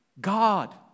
God